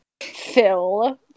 Phil